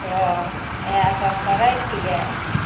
चल इएह सब करय छियै